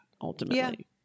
ultimately